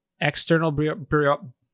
external